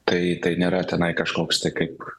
tai tai nėra tenai kažkoks tai kaip